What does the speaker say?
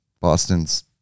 Boston's